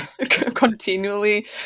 continually